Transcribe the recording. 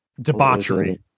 Debauchery